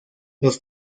los